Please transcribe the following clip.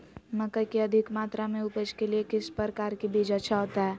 मकई की अधिक मात्रा में उपज के लिए किस प्रकार की बीज अच्छा होता है?